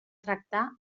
tractar